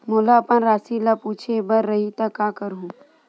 मोला अपन राशि ल पूछे बर रही त का करहूं?